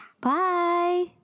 bye